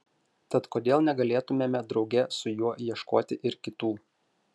tad kodėl negalėtumėme drauge su juo ieškoti ir kitų